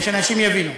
כדי שאנשים יבינו.